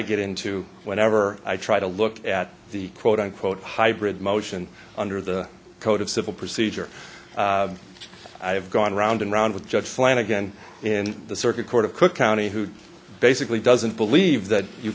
get into whenever i try to look at the quote unquote hybrid motion under the code of civil procedure i've gone round and round with judge flanagan in the circuit court of cook county who basically doesn't believe that you